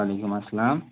وعلیکُم اسلام